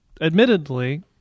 admittedly